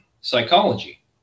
psychology